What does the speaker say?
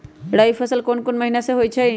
रबी फसल कोंन कोंन महिना में होइ छइ?